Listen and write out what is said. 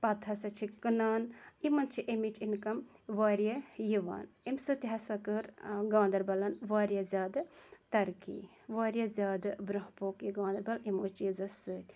پَتہٕ ہَسا چھِ کٕنان یِمَن چھِ امِچ اِنکَم واریاہ یِوان امہِ سۭتۍ ہَسا کٔر گاندَربَلَن واریاہ زیادٕ تَرقی واریاہ زیادٕ برٛونٛہہ پوٚکھ یہِ گاندَربَل یِمَو چیٖزَو سۭتۍ